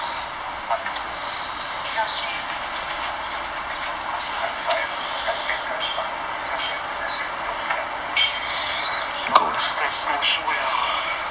ah but P_L_C okay as long cause if I drive doesn't matter but it's just that I just don't feel like you know 在读书